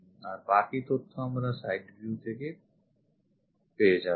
আর বাকি তথ্য আমরা side view থেকেই পেয়ে যাবো